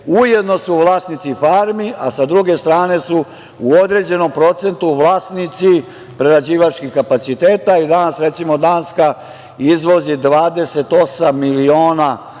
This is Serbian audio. Ujedno su vlasnici farmi, a sa druge strane su u određenom procentu vlasnici prerađivačkih kapaciteta i danas, recimo, Danska izvozi 28 miliona